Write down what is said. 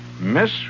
Miss